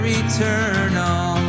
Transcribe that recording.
eternal